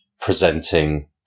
presenting